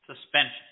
suspension